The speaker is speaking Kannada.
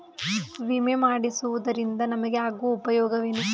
ವಿಮೆ ಮಾಡಿಸುವುದರಿಂದ ನಮಗೆ ಆಗುವ ಉಪಯೋಗವೇನು?